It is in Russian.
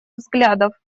взглядов